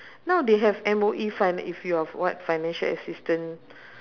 now they have M_O_E finan~ if you are what financial assistance